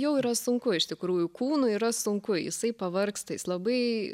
jau yra sunku iš tikrųjų kūnui yra sunku jisai pavargsta jis labai